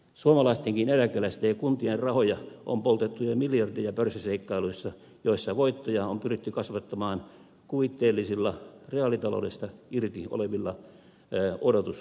suomalaistenkin eläkeläisten ja kuntien rahoja on poltettu jo miljardeja pörssiseikkailuissa joissa voittoja on pyritty kasvattamaan kuvitteellisilla reaalitaloudesta irti olevilla odotusarvoilla